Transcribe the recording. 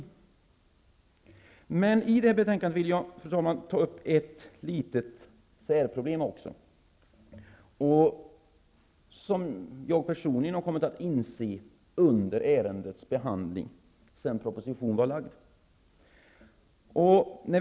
I diskussionen kring detta betänkande vill jag, fru talman, också ta upp ett litet särproblem, som jag personligen har kommit att inse under ärendets behandling efter det att propositionen hade lagts fram.